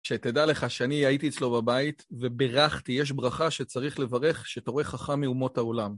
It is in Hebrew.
שתדע לך שאני הייתי אצלו בבית וברכתי. יש ברכה שצריך לברך שאתה רואה חכם מאומות העולם.